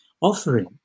offering